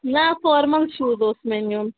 نہ formal shoes اوس مےٚ نیُن